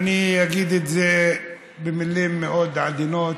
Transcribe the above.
אני אגיד את זה במילים מאוד עדינות,